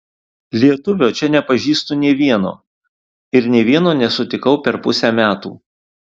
lietuvio čia nepažįstu nė vieno ir nė vieno nesutikau per pusę metų